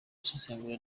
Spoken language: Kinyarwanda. isesengura